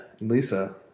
Lisa